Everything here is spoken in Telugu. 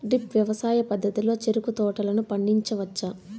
డ్రిప్ వ్యవసాయ పద్ధతిలో చెరుకు తోటలను పండించవచ్చా